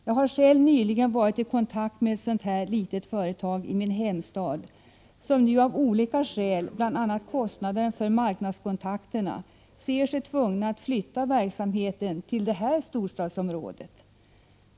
Jag har själv nyligen varit i kontakt med en småföretagare i min hemstad som av olika skäl, bl.a. på grund av kostnaden för marknadskontakterna, sett sig tvingad att flytta till det här storstadsområdet.